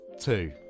two